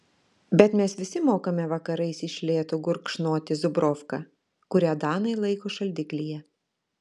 bet mes visi mokame vakarais iš lėto gurkšnoti zubrovką kurią danai laiko šaldiklyje